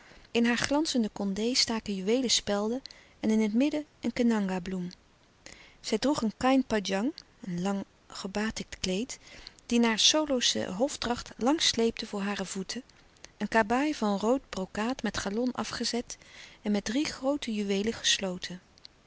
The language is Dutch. in hare glanzende kondé staken juweelen spelden en in het midden een kenanga bloem zij droeg op een klein padang een lang gebaad kleed die naar solosche hofdracht lang sleepte voor hare voeten een kabaai van rood brokaat met galon afgezet en met drie groote juweelen gesloten